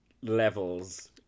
levels